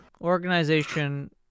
organization